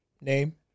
Name